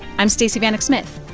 i'm stacey vanek smith.